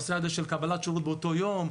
הנושא של קבלת שירות באותו יום,